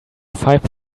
five